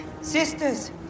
Sisters